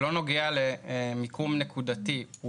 לא נוגע למיקום נקודתי,